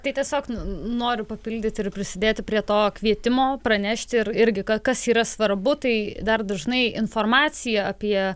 tai tiesiog noriu papildyti ir prisidėti prie to kvietimo pranešti ir irgi kad kas yra svarbu tai dar dažnai informacija apie